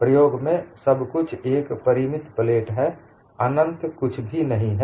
प्रयोग में सब कुछ एक परिमित प्लेट है कुछ भी अनंत नहीं है